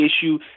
issue